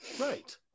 Right